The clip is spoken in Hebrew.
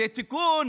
זה תיקון